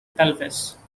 pelvis